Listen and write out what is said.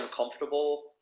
uncomfortable